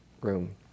room